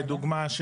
לדוגמה,